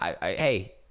Hey